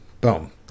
boom